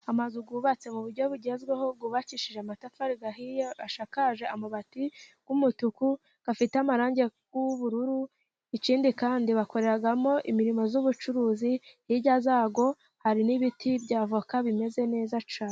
Amazu yubatse mu buryo bugezweho, yubakishije amatafari ahiye, ashakaje amabati y'umutuku, iteye amarangi y'ubururu, ikindi kandi bakoreramo imirimo y'ubucuruzi ,hirya yayo hateyeho ibiti bya avoka bimeze neza cyane.